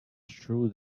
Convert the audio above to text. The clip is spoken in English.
true